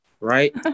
Right